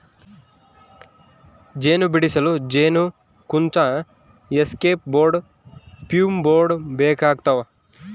ಜೇನು ಬಿಡಿಸಲು ಜೇನುಕುಂಚ ಎಸ್ಕೇಪ್ ಬೋರ್ಡ್ ಫ್ಯೂಮ್ ಬೋರ್ಡ್ ಬೇಕಾಗ್ತವ